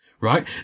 right